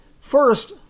First